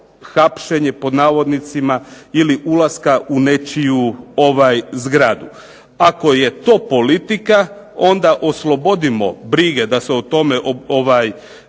"hapšenje" ili ulaska u nečiju zgradu. Ako je to politika onda oslobodimo brige da se time